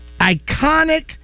iconic